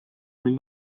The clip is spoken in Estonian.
mil